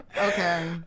Okay